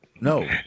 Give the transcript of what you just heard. no